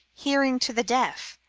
hear ing to the deaf,